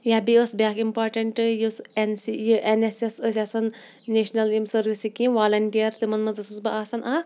یا بیٚیہِ ٲس بیٛاکھ اِمپاٹَنٛٹ یُس اٮ۪ن سی یہِ اٮ۪ن اٮ۪س اٮ۪س ٲسۍ آسان نیشنَل یِم سٔروِسٕکۍ یِم والنٹِیَر تِمَن منٛز ٲسٕس بہٕ آسان اَکھ